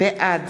בעד